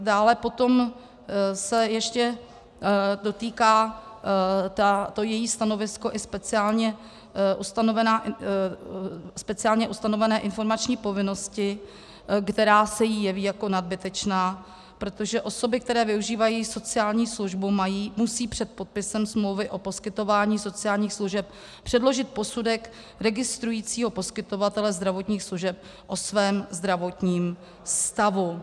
Dále potom se ještě dotýká její stanovisko i speciálně ustanovené informační povinnosti, která se jí jeví jako nadbytečná, protože osoby, které využívají sociální službu, musí před podpisem smlouvy o poskytování sociálních služeb předložit posudek registrujícího poskytovatele zdravotních služeb o svém zdravotním stavu.